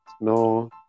no